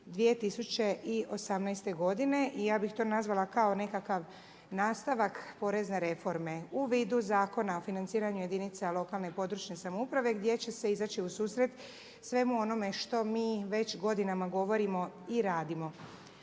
1.1.2018. godine. I ja bih to nazvala kao nekakav nastavak porezne reforme u vidu Zakona o financiranju jedinica lokalne i područne samouprave gdje će se izaći u susret svemu onome što mi već godinama govorimo i radimo.